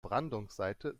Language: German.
brandungsseite